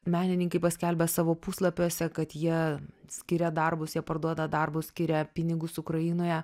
menininkai paskelbia savo puslapiuose kad jie skiria darbus jie parduoda darbus skiria pinigus ukrainoje